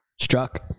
Struck